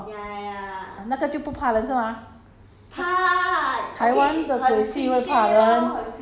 that day 你看那个什 taiwan 的戏什么红桥女还是什么 uh 那个就不怕人是吗